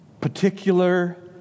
particular